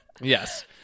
yes